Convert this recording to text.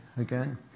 again